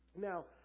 Now